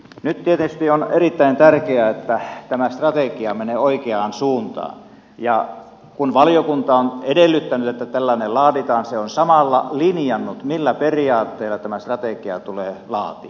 nyt tietysti on erittäin tärkeää että tämä strategia menee oikeaan suuntaan ja kun valiokunta on edellyttänyt että tällainen laaditaan se on samalla linjannut millä periaatteella tämä strategia tulee laatia